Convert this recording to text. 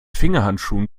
fingerhandschuhen